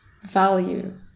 Value